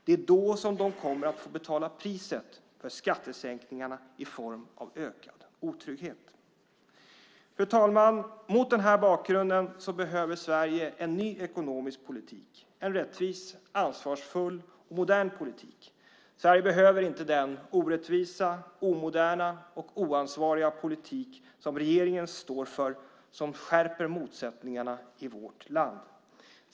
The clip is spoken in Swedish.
Det är då som de kommer att få betala priset för skattesänkningarna i form av ökad otrygghet. Fru talman! Mot den här bakgrunden behöver Sverige en ny ekonomisk politik - en rättvis, ansvarsfull och modern politik. Sverige behöver inte den orättvisa, omoderna och oansvariga politik som regeringen står för och som skärper motsättningarna i vårt land.